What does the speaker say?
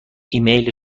ایمیل